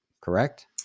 correct